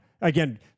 again